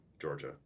Georgia